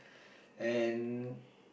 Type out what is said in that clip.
and